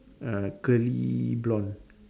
err curly blond